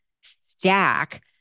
stack